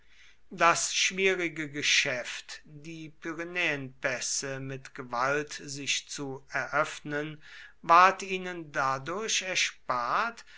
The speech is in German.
das schwierige geschäft die pyrenäenpässe mit gewalt sich zu eröffnen ward ihnen dadurch erspart